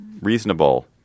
reasonable